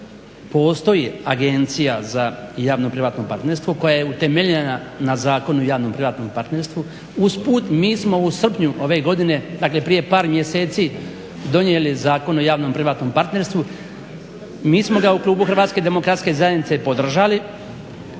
postoji Agencija za javno privatno partnerstvo koja je utemeljena na Zakonu o javno privatnom partnerstvu. Usput, mi smo u srpnju ove godine, dakle prije par mjeseci donijeli Zakon o javno privatnom partnerstvu, mi smo ga u klubu HDZ-a podržali